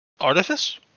Artifice